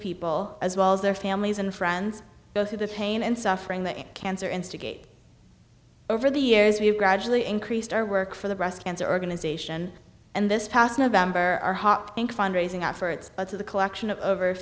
people as well as their families and friends go through the pain and suffering that cancer instigate over the years we have gradually increased our work for the breast cancer organization and this past november our hot pink fund raising efforts to the collection of over